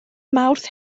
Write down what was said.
mawrth